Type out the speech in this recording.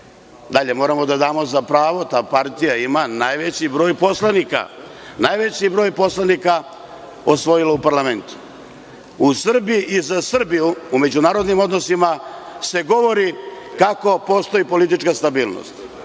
moramo da damo za pravo, ta partija ima najveći broj poslanika. Najveći broj poslanika osvojilo u parlamentu. U Srbiji i za Srbiju u međunarodnim odnosima se govori kako postoji politička stabilnost.